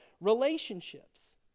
relationships